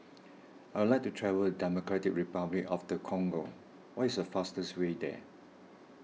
I would like to travel Democratic Republic of the Congo what is the fastest way there